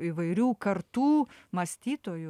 įvairių kartų mąstytojų